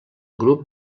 grup